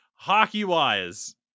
Hockey-wise